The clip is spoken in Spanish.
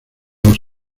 los